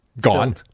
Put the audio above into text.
gone